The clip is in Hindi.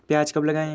प्याज कब लगाएँ?